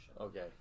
Okay